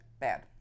Bad